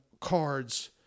cards